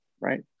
right